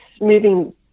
moving